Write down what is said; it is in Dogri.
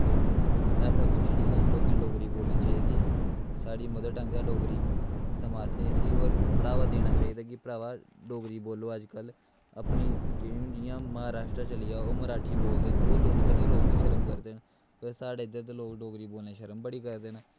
ते ऐसा कुछ निं ऐ लोकें डोगरी बोलनी चाहिदी एह् साढ़ी मदर टंग ऐ डोगरी सगुआं असें इसी बढ़ावा देना चाहिदा कि भ्रावा डोगरी बोलो अजकल्ल अपनी जि'यां महाराष्ट्र चली जाओ ओह् अपनी मराठी बोलदे न ओह् लोग निं शर्म करदे न ते साढ़े इद्धर दे लोग डोगरी बोलने गी शर्म बड़ी करदे न